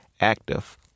active